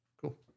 Cool